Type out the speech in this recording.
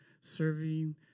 serving